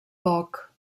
poc